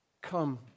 Come